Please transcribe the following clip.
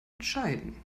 entscheiden